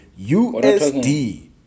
usd